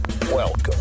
Welcome